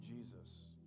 Jesus